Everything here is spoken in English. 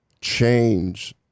change